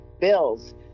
bills